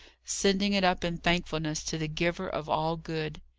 sending it up in thankfulness to the giver of all good.